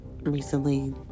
recently